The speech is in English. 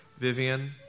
Vivian